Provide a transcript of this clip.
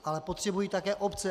Ale potřebují také obce.